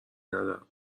ندارم